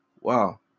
Wow